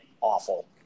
awful